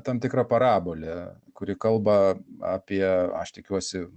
tam tikra parabolė kuri kalba apie aš tikiuosi